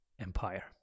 empire